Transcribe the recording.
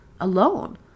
alone